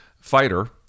fighter